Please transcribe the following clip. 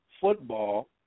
football